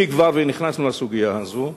אם כבר נכנסנו לסוגיה הזאת,